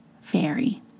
fairy